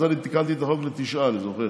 אז אני תיקנתי את החוק לתשעה, אני זוכר.